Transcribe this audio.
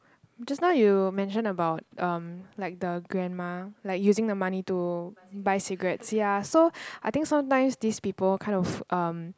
just now you mentioned about um like the grandma like using the money to buy cigarettes ya so I think sometimes these people kind of um